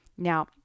Now